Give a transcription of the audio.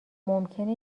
ممکنه